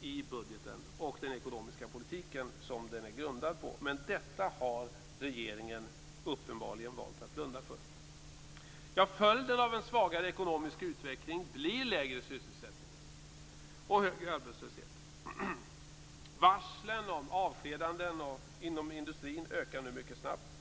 i budgeten och den ekonomiska politik som den är grundad på, men detta har regeringen uppenbarligen valt att blunda för. Följden av en svagare ekonomisk utveckling blir lägre sysselsättning och högre arbetslöshet. Varslen om avskedanden inom industrin ökar nu mycket snabbt.